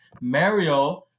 Mario